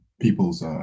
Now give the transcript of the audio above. people's